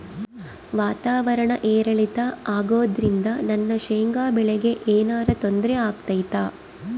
ವಾತಾವರಣ ಏರಿಳಿತ ಅಗೋದ್ರಿಂದ ನನ್ನ ಶೇಂಗಾ ಬೆಳೆಗೆ ಏನರ ತೊಂದ್ರೆ ಆಗ್ತೈತಾ?